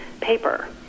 paper